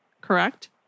correct